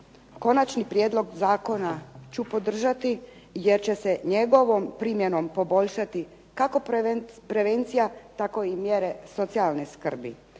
konačni prijedlog zakona ću podržati, jer će se njegovom primjenom poboljšati kako prevencija, tako i mjere socijalne skrbi,